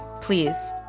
Please